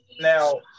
Now